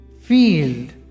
field